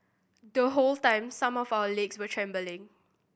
the whole time some of our legs were trembling